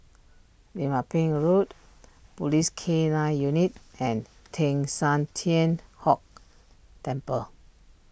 Lim Ah Pin Road Police K nine Unit and Teng San Tian Hock Temple